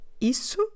isso